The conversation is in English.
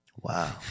Wow